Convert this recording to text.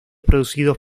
producidos